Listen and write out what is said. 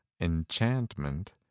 enchantment